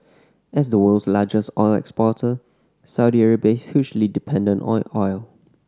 as the world's largest oil exporter Saudi Arabia is hugely dependent on oil